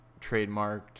trademarked